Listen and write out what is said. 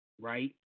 right